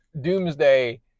Doomsday